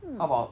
how about